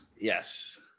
Yes